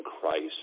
Christ